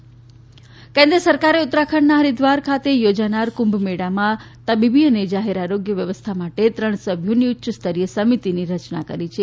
કુંભ હરિદ્વાર કેન્દ્ર સરકારે ઉત્તરાખંડના હરિદ્વાર ખાતે યોજાનાર કુંભમેળામાં તબીબી અને જાહેર આરોગ્ય વ્યવસ્થા માટે ત્રણ સભ્યોની ઉચ્ય સ્તરીય સમિતીની રયના કરી છે